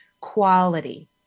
quality